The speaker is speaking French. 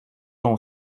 ton